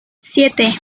siete